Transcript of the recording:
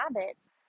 habits